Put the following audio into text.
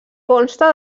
consta